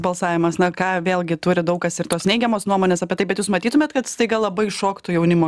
balsavimas na ką vėlgi turi daug kas ir tos neigiamos nuomonės apie tai bet jūs matytumėt kad staiga labai šoktų jaunimo